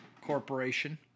Corporation